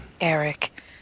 Eric